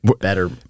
better